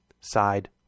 side